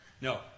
No